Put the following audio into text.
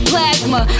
Plasma